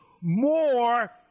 more